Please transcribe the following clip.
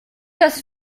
das